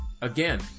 again